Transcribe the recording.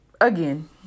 again